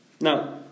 Now